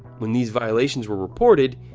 when these violations were reported,